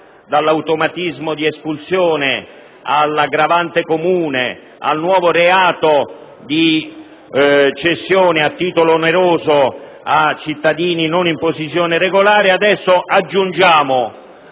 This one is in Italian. dall'automatismo dell'espulsione all'aggravante comune, al nuovo reato di cessione a titolo oneroso di un immobile a cittadini non in posizione regolare. Adesso aggiungiamo